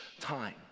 time